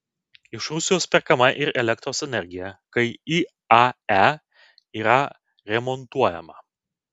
iš rusijos perkama ir elektros energija kai iae yra remontuojama